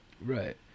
Right